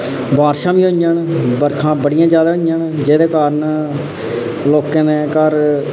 बारशां बी होइयां न बर्खां बड़ियां ज्यादा होइयां न जेहदे कारण लोकें दे घर